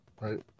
Right